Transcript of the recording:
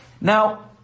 Now